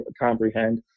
comprehend